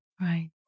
Right